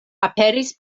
aperis